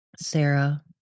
Sarah